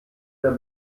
der